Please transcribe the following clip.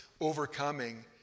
Overcoming